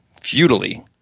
futilely